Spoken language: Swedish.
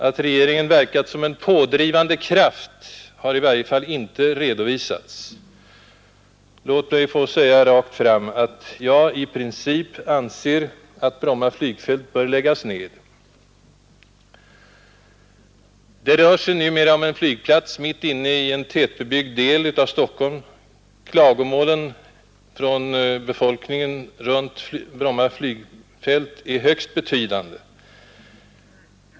Att regeringen verkat som en pådrivande kraft har i varje fall inte redovisats. Låt mig få säga rakt fram att jag i princip anser att Bromma flygfält bör läggas ned. Det rör sig numera om en flygplats mitt inne i en tätbebyggd del av Stockholm. Klagomålen från befolkningen runt Bromma flygfält är högst betydande.